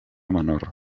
menor